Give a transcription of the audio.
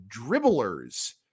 dribblers